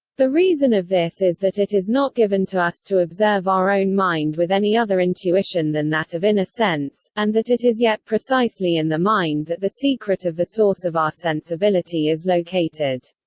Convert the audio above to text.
the reason of this is that it is not given to us to observe our own mind with any other intuition than that of inner sense and that it is yet precisely in the mind that the secret of the source of our sensibility is located.